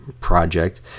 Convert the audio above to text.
project